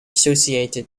associated